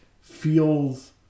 feels